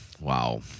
wow